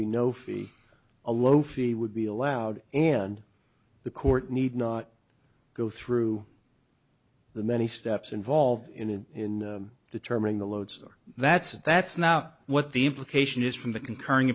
be no fee a low fee would be allowed and the court need not go through the many steps involved in determining the loads are that's that's now what the implication is from the concurring